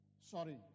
sorry